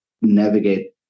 navigate